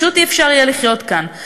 פשוט אי-אפשר יהיה לחיות כאן.